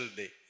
day